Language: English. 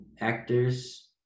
actors